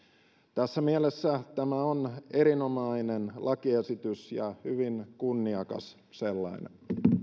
tässä mielessä tämä on erinomainen lakiesitys ja hyvin kunniakas sellainen